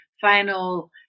final